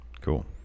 Cool